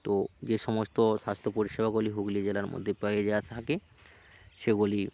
তো যে সমস্ত স্বাস্থ্য পরিষেবাগুলি হুগলি জেলার মধ্যে থাকে সেগুলি